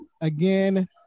Again